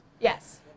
Yes